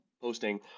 posting